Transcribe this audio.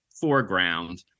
foreground